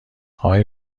آقای